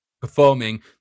performing